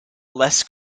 less